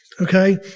Okay